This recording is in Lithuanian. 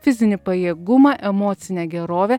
fizinį pajėgumą emocinę gerovę